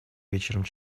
вечером